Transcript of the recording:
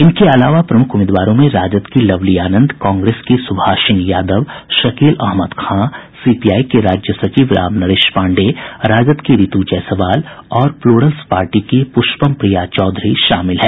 इनके अलावा प्रमुख उम्मीदवारों में राजद की लवली आनंद कांग्रेस की सुभाषिनी यादव शकील अहमद खां सीपीआई के राज्य सचिव राम नरेश पांडेय राजद की रितु जायसवाल और प्लुरल्स पार्टी की पुष्पम प्रिया चौधरी शामिल हैं